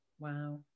Wow